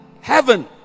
heaven